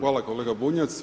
Hvala kolega Bunjac.